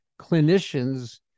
clinicians